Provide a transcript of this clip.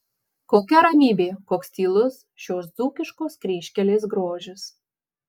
kokia ramybė koks tylus šios dzūkiškos kryžkelės grožis